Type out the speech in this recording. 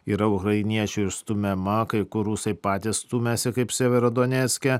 yra ukrainiečių išstumiama kai rusai patys stumiasi kaip severo donecke